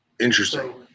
Interesting